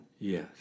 Yes